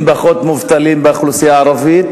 אם פחות מובטלים באוכלוסייה הערבית,